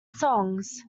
songs